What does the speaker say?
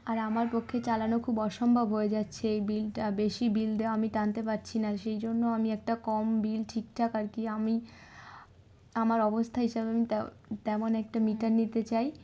আর আমার পক্ষে চালানো খুব অসম্ভব হয়ে যাচ্ছে বিলটা বেশি বিল দেওয়া আমি টানতে পারছি না সেই জন্য আমি একটা কম বিল ঠিকঠাক আর কি আমি আমার অবস্থা হিসাবে আমি তেমন একটা মিটার নিতে চাই